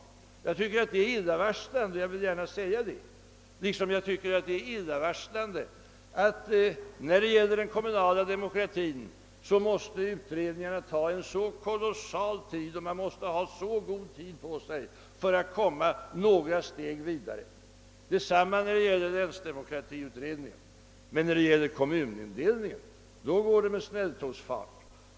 Jag vill gärna säga att jag finner det illavarslande, liksom jag tycker det är illavarslande att utredningarna om den kommunala demokratin tar så oerhört lång tid för att komma några steg vidare. Detsamma gäller regeringens intresse för länsdemokratiutredningen. Men när det gäller kommunindelningen går det med snälltågsfart.